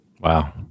Wow